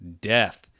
Death